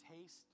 taste